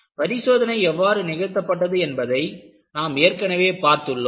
பரிசோதனை எவ்வாறு நிகழ்த்தப்பட்டது என்பதை நாம் ஏற்கனவே பார்த்துள்ளோம்